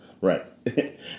Right